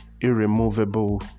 irremovable